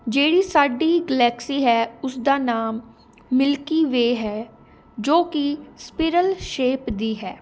ਜਿਹੜੀ ਸਾਡੀ ਗਲੈਕਸੀ ਹੈ ਉਸਦਾ ਨਾਮ ਮਿਲਕੀ ਵੇ ਹੈ ਜੋ ਕਿ ਸਪਿਰਲ ਸ਼ੇਪ ਦੀ ਹੈ